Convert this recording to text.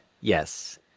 Yes